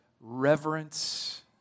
reverence